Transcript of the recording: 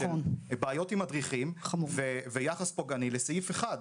של בעיות עם מדריכים ויחס פוגעני לסעיף אחד.